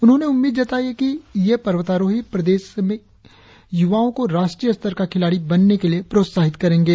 उन्होंने उम्मीद जताई है कि ये पर्वतारोही प्रदेश के युवाओं को राष्ट्रीय स्तर का खिलाड़ी बनने के लिए प्रोत्साहित करेंगे